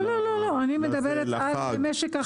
לא, אני מדברת על משק החלב.